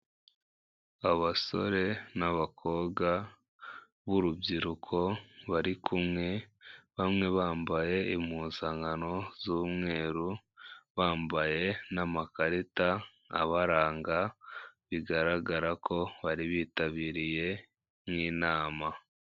Abasore n'abakobwa b'urubyiruko bari kumwe bamwe bambaye impuzankano z'umweru bambaye n'amakarita abaranga bigaragara ko bari bitabiriye nk'inama.